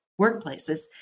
workplaces